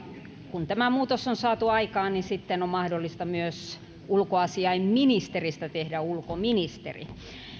kun tämä muutos on saatu aikaan niin sitten on mahdollista myös ulkoasiainministeristä tehdä ulkoministeri